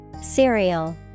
Cereal